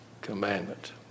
commandment